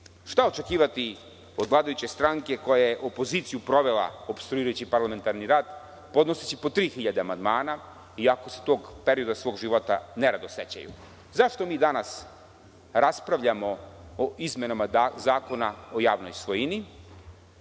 šta očekivati od vladajuće stranke koja je opoziciju provela opstruirajući parlamentarni rad, podnoseći po 3.000 amandmana iako se tog perioda svog života ne rado sećaju. Zašto mi danas raspravljamo o izmenama Zakona o javnoj svojini,